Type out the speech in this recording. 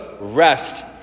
Rest